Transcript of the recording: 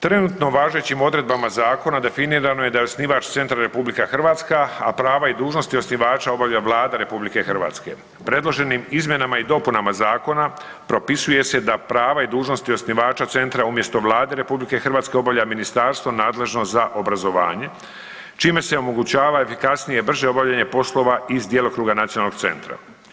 Trenutno važećim odredbama zakona definirano je da je osnivač centra RH, a prava i dužnosti osnivača obavlja Vlada RH. predloženim izmjenama i dopunama zakona propisuje se da prava i dužnosti osnivača centra umjesto Vlade RH obavlja ministarstvo nadležno za obrazovanje, čime se omogućava efikasnije i brže obavljanje poslova iz djelokruga nacionalnog centra.